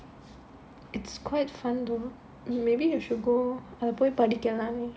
it's quite fun though maybe you should go அத போய் படிக்கலாமே:adha poi padikkalaaamae